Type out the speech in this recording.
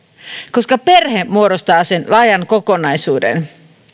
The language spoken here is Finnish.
koska perhe muodostaa sen laajan kokonaisuuden